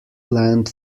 land